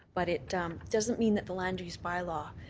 but it doesn't mean that the land use bylaw,